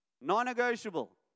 Non-negotiable